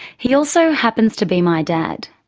he also happens to be my dad.